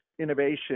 innovation